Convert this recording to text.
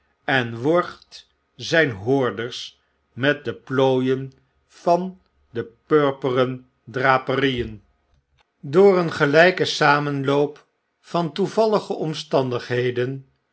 en worgt zyn hoorders met de plooien van de purperen draperieen door een gelijke samenloop van toevallige omstandigheden